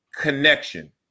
connection